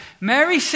Mary